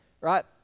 right